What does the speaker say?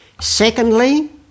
Secondly